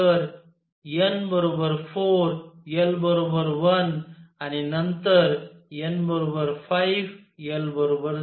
तर n 4 l 1 आणि नंतर n 5 l 0